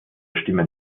stimmen